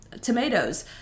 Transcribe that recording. Tomatoes